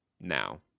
now